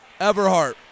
Everhart